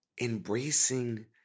embracing